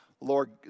Lord